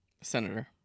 senator